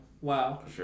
Wow